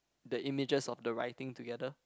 the images of the writing together